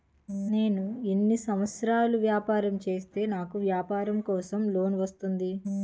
నేను ఎన్ని సంవత్సరాలు వ్యాపారం చేస్తే నాకు వ్యాపారం కోసం లోన్ వస్తుంది?